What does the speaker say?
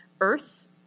Earth